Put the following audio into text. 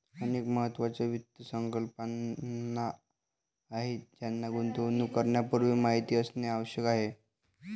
अनेक महत्त्वाच्या वित्त संकल्पना आहेत ज्यांची गुंतवणूक करण्यापूर्वी माहिती असणे आवश्यक आहे